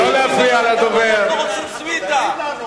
למה, אנחנו רוצים סוויטה.